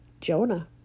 Jonah